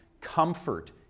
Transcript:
Comfort